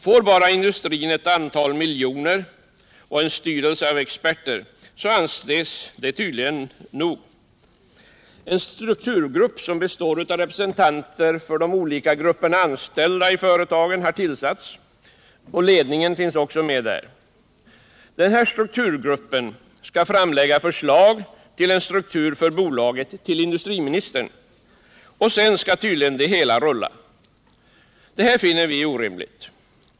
Får bara industrin ett antal miljoner och en styrelse av experter anses det tydligen nog. En strukturgrupp som består av representanter för de olika grupperna anställda i företaget har tillsatts, och ledningen finns också representerad där. Den gruppen skall framlägga förslag till en struktur för bolaget till industriministern, och sedan skall tydligen det hela rulla. Detta finner vi orimligt.